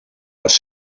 les